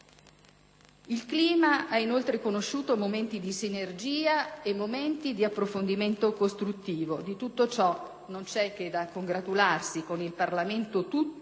Il clima ha inoltre conosciuto momenti di sinergia e momenti di approfondimento costruttivo. Di tutto ciò non c'è che da congratularsi con il Parlamento tutto